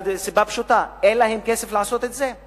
מסיבה פשוטה, אין להן כסף לעשות את זה.